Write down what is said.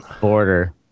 border